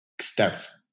steps